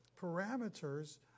parameters